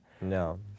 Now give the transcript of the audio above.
No